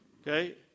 okay